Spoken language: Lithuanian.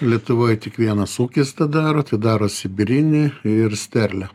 lietuvoj tik vienas ūkis tą daro tai daro sibirinį ir sterlę